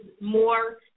more